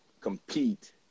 compete